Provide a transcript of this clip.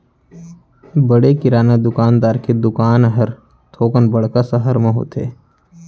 बड़े किराना दुकानदार के दुकान हर थोकन बड़का सहर म होथे